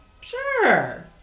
Sure